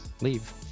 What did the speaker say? leave